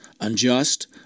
unjust